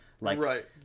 Right